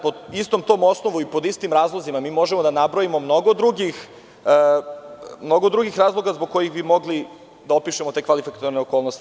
Pod istim tim osnovom i pod istim razlozima, mi možemo da nabrojimo mnogo drugih razloga zbog kojih bih mogli da opišemo te kvalifikatorne okolnosti.